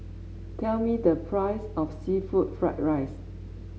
tell me the price of seafood Fried Rice